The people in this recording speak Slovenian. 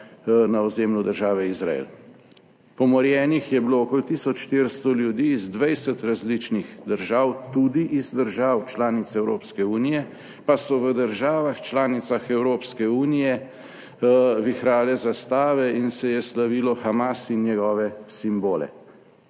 na ozemlju države Izrael. Pomorjenih je bilo okoli 1400 ljudi iz 20 različnih držav, tudi iz držav članic Evropske unije pa so v državah članicah Evropske unije vihrale zastave in se je slavilo Hamas in njegove simbole.